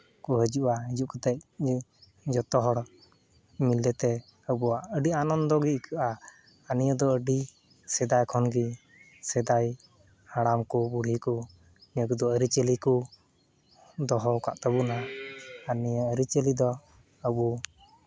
ᱠᱚ ᱦᱤᱡᱩᱜᱼᱟ ᱦᱮᱡ ᱠᱟᱛᱮᱫ ᱤᱭᱟᱹ ᱡᱚᱛᱚ ᱦᱚᱲ ᱢᱤᱞᱮᱛᱮ ᱟᱵᱚᱣᱟᱜ ᱟᱹᱰᱤ ᱟᱱᱚᱱᱫᱚ ᱜᱮ ᱟᱹᱭᱠᱟᱹᱜᱼᱟ ᱟᱨ ᱱᱤᱭᱟᱹ ᱫᱚ ᱟᱹᱰᱤ ᱥᱮᱫᱟᱭ ᱠᱷᱚᱱᱜᱮ ᱥᱮᱫᱟᱭ ᱦᱟᱲᱟᱢ ᱠᱚ ᱵᱩᱲᱦᱤ ᱠᱚ ᱱᱤᱭᱟᱹ ᱠᱚᱫᱚ ᱟᱹᱨᱤᱪᱟᱹᱞᱤ ᱠᱚ ᱫᱚᱦᱚᱣ ᱠᱟᱜ ᱛᱟᱵᱚᱱᱟ ᱟᱨ ᱱᱤᱭᱟᱹ ᱟᱹᱨᱤᱪᱟᱹᱞᱤ ᱫᱚ ᱟᱵᱚ